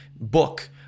book